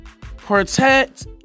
Protect